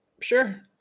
Sure